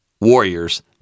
Warriors